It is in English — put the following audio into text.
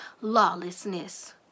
lawlessness